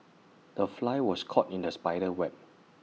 the fly was caught in the spider's web